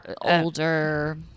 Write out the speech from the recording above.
older